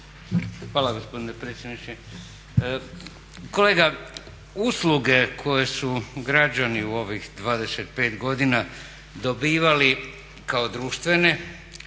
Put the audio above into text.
Hvala gospodine predsjedniče. Kolega usluge koje su građani u ovih 25 godina dobivali kao društvene,